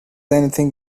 anything